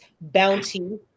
bounty